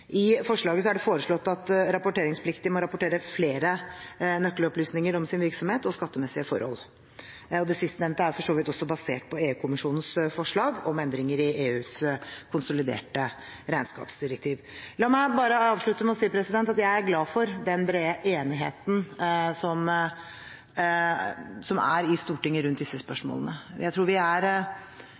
I forslaget er det foreslått at rapporteringspliktige må rapportere flere nøkkelopplysninger om sin virksomhet og skattemessige forhold. Det sistnevnte er for så vidt også basert på EU-kommisjonens forslag til endringer i EUs konsoliderte regnskapsdirektiv. La meg avslutte med å si at jeg er glad for den brede enigheten som er i Stortinget rundt disse spørsmålene. Jeg tror vi er